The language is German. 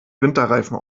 winterreifen